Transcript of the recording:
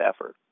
effort